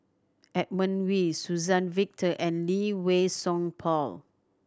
Edmund Wee Suzann Victor and Lee Wei Song Paul